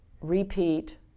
repeat